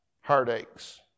Heartaches